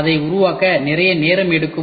எனவே அதை உருவாக்க நிறைய நேரம் எடுக்கும்